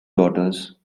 daughters